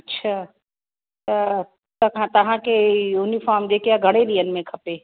अच्छा त तव्हांखे यूनीफ़ॉर्म जेकी आहे घणे ॾींहनि में खपे